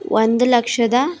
ಒಂದು ಲಕ್ಷದ